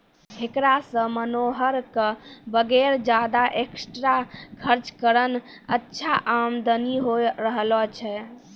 हेकरा सॅ मनोहर कॅ वगैर ज्यादा एक्स्ट्रा खर्च करनॅ अच्छा आमदनी होय रहलो छै